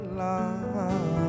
love